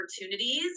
opportunities